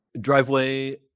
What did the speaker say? Driveway